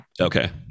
Okay